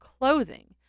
clothing